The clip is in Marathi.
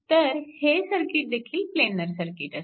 तर हे सर्किटदेखील प्लेनार सर्किट असते